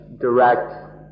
direct